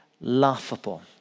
laughable